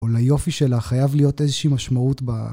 או ליופי שלה חייב להיות איזושהי משמעות ב...